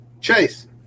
Chase